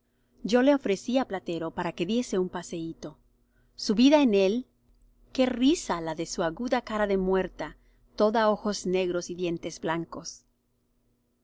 yo le ofrecí á platero para que diese un paseíto subida en él qué risa la de su aguda cara de muerta toda ojos negros y dientes blancos